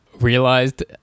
realized